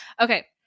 Okay